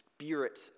spirit